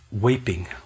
weeping